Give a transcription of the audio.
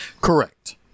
Correct